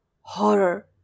horror